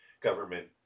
government